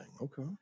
Okay